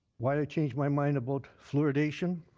why i change my mind about fluoridation,